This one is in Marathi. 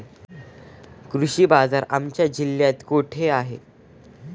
कृषी बाजार आमच्या जिल्ह्यात कुठे आहे?